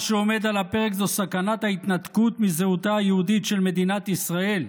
מה שעומד על הפרק זה סכנת ההתנתקות מזהותה היהודית של מדינת ישראל,